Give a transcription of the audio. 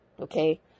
Okay